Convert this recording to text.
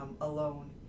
alone